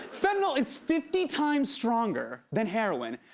fentanyl is fifty times stronger than heroin.